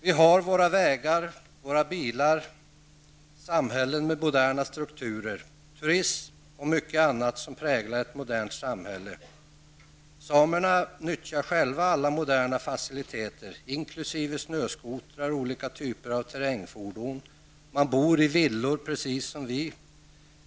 Vi har våra vägar, våra bilar, samhällen med moderna sturkturer, turism och mycket annat som präglar ett modernt samhälle. Samerna nyttjar själva alla moderna faciliteter inkl. snöskotrar och olika typer av terrängfordon, och man bor i villor precis som vi.